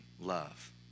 love